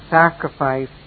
sacrifice